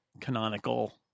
canonical